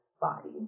body